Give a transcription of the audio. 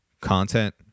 content